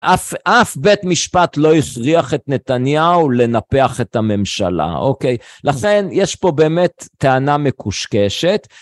אף בית משפט לא הכריח את נתניהו לנפח את הממשלה, אוקיי? לכן יש פה באמת טענה מקושקשת.